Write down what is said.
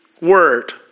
Word